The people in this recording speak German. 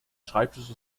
schreibtisch